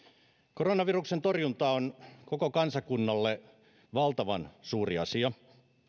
koronaviruksen torjunta on koko kansakunnalle valtavan suuri asia